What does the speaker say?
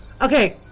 Okay